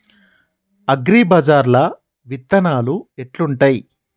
అగ్రిబజార్ల విత్తనాలు ఎట్లుంటయ్?